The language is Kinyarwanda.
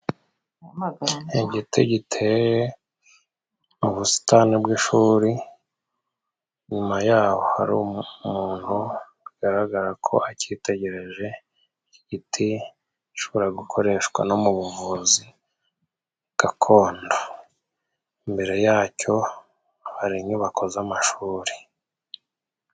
Igiti giteye mu busitani bw'ishuri. Inyuma y'aho hari umuntu bigaragara ko acyitegereje. Igiti gishobora no gukoreshwa mu buvuzi gakondo. Imbere yacyo hari inyubako z'amashuri.